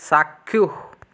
চাক্ষুষ